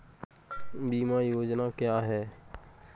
बीमा योजना क्या है?